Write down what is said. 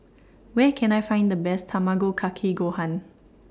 Where Can I Find The Best Tamago Kake Gohan